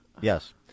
Yes